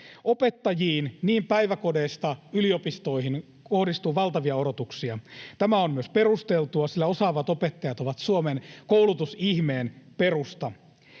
Opettajiin, päiväkodeista yliopistoihin, kohdistuu valtavia odotuksia. Tämä on myös perusteltua, sillä osaavat opettajat ovat Suomen koulutusihmeen perusta.